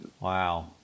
Wow